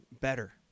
better